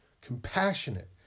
compassionate